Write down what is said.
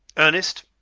ernest,